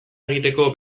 egiteko